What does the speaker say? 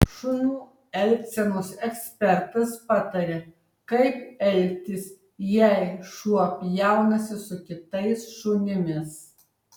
šunų elgsenos ekspertas pataria kaip elgtis jei šuo pjaunasi su kitais šunimis